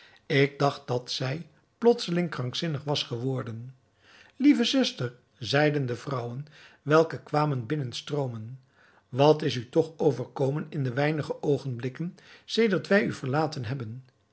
ik dacht dat zij plotseling krankzinnig was geworden lieve zuster zeiden de vrouwen welke kwamen binnenstroomen wat is u toch overkomen in de weinige oogenblikken sedert wij u verlaten hebben